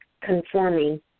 conforming